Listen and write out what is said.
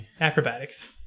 Acrobatics